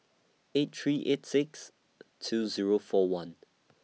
eight three eight six two Zero four one